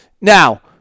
now